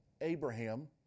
Abraham